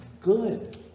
good